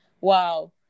wow